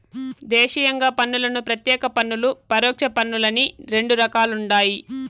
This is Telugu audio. దేశీయంగా పన్నులను ప్రత్యేక పన్నులు, పరోక్ష పన్నులని రెండు రకాలుండాయి